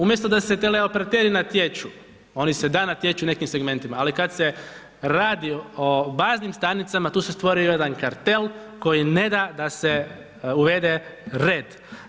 Umjesto da se teleoperateri natječu, oni se da, natječu u nekim segmentima ali kad se radi o baznim stanicama, tu se stvori jedan kartel koji ne da se uvede red.